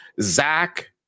Zach